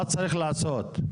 מה צריך לעשות?